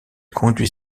conduit